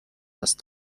است